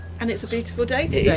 and it's a beautiful day